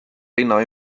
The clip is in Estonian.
linna